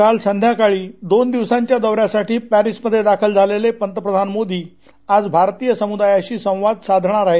काल संध्याकाळी दोन दिवसांच्या दौन्यासाठी पॅरीसमध्ये दाखल झालेले पंतप्रधान मोदी आज भारतीय समृदायाशी संवाद साधणार आहेत